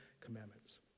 commandments